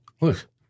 Look